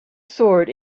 sword